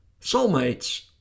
Soulmates